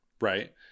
Right